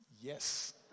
yes